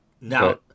now